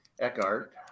Eckhart